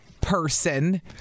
person